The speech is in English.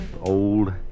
old